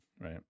Right